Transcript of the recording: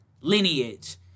lineage